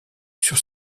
sur